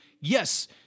Yes